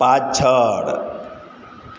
પાછળ